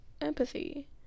empathy